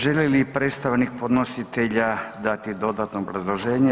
Želi li predstavnik podnositelja dati dodatno obrazloženje?